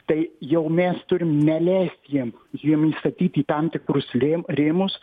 tai jau mes turim neleist jiem jiem įstatyti į tam tikrus rėm rėmus